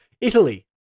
Italy